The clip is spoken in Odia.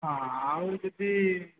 ହଁ ଆଉ ଯଦି